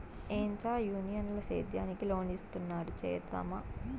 ఏంచా యూనియన్ ల సేద్యానికి లోన్ ఇస్తున్నారు చేరుదామా